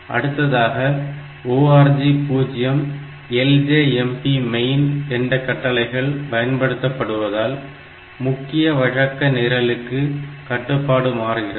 அடுத்ததாக ORG 0 LJMP main என்ற கட்டளைகள் பயன்படுத்தப்பட்டுள்ளதால் முக்கிய வழக்க நிரலுக்கு கட்டுப்பாடு மாறுகிறது